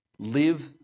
Live